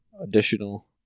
additional